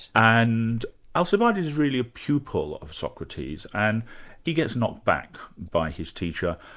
and alcibides is really a pupil of socrates, and he gets knocked back by his teacher.